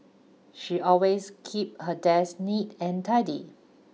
she always keeps her desk neat and tidy